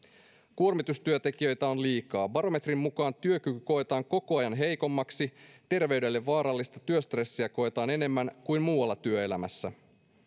kuormitustekijöitä on liikaa barometrin mukaan työkyky koetaan koko ajan heikommaksi terveydelle vaarallista työstressiä koetaan enemmän kuin muualla työelämässä